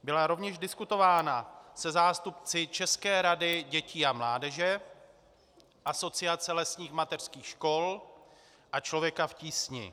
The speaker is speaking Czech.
Byla rovněž diskutována se zástupci České rady dětí a mládeže, Asociace lesních mateřských škol a Člověka v tísni.